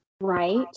Right